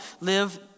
live